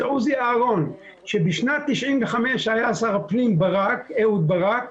זה עוזי אהרון שבשנת 95' כשהיה שר הפנים אהוד ברק,